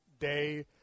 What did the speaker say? day